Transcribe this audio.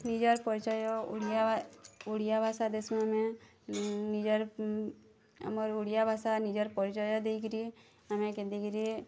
ନିଜର ପରିଚୟ ଓଡ଼ିଆ ଓଡ଼ିଆ ଭାଷା ଦେସୁଁ ଆମେ ନିଜର୍ ଆମର୍ ଓଡ଼ିଆ ଭାଷା ନିଜର୍ ପରିଚୟ ଦେଇକିରି ଆମେ କେନ୍ତିକିରି